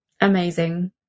Amazing